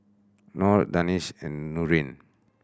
Nor Danish and Nurin